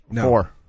Four